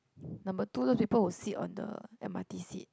number two those people who sit on the M_R_T seat